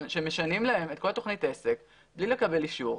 שמשנים להם את כל תוכנית העסק בלי לקבל אישור.